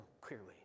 clearly